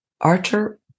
Archer